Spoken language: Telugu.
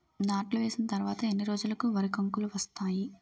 నాట్లు వేసిన తర్వాత ఎన్ని రోజులకు వరి కంకులు వస్తాయి?